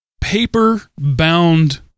paper-bound